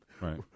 Right